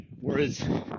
whereas